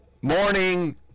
morning